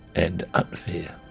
and unfair.